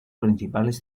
principales